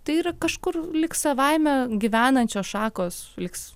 tai yra kažkur lyg savaime gyvenančios šakos liks